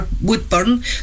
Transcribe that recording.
Woodburn